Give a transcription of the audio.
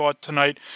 tonight